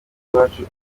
iwacu